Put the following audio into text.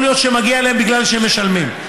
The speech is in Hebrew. יכול להיות שמגיע להם בגלל שהם משלמים,